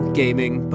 gaming